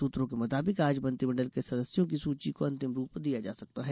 सूत्रों के मुताबिक आज मंत्रिमंडल के सदस्यों की सूची को अंतिम रूप दिया जा सकता है